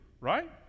right